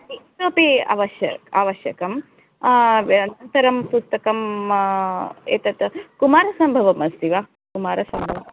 इतोपि अवश्य आवश्यकं अनन्तरं पुस्तकं एतत् कुमारसम्भवमस्ति वा कुमारसम्भवं